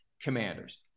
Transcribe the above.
Commanders